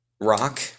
rock